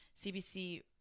CBC